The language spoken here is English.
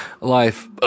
Life